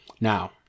Now